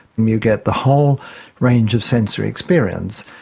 you get the whole range of sensory experience.